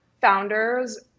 founders